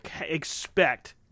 expect